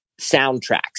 soundtracks